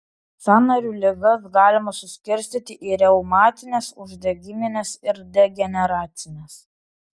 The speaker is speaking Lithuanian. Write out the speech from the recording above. sąnarių ligas galima suskirstyti į reumatines uždegimines ir degeneracines